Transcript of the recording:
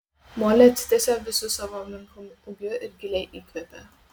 molė atsitiesė visu savo menku ūgiu ir giliai įkvėpė